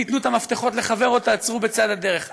תיתנו את המפתחות לחבר או תעצרו בצד הדרך.